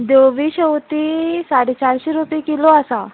धवी शेवती साडे चारशीं रुपया किलो आसा